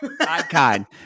Icon